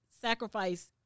sacrifice